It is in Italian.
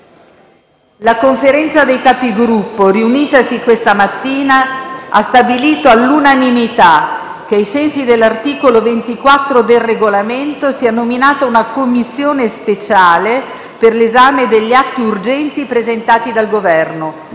La Conferenza dei Capigruppo, riunitasi questa mattina, ha stabilito all’unanimità che, ai sensi dell’articolo 24 del Regolamento, sia nominata una Commissione speciale per l’esame degli atti urgenti presentati dal Governo.